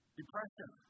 depression